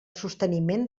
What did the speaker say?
sosteniment